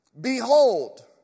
behold